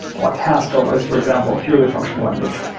like haskell is, for example, a purely functional language.